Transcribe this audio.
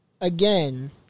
Again